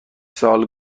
سال